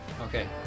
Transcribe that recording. Okay